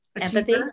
empathy